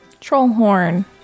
Trollhorn